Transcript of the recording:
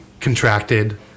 contracted